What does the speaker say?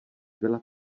byla